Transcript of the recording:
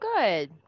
good